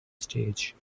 stage